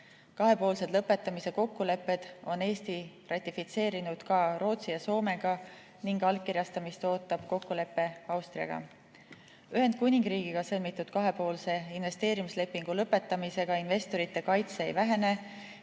Kahepoolsed lõpetamise kokkulepped on Eesti ratifitseerinud ka Rootsi ja Soomega ning allkirjastamist ootab kokkulepe Austriaga. Ühendkuningriigiga sõlmitud kahepoolse investeerimislepingu lõpetamisega investorite kaitse ei vähene.